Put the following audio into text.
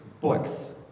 books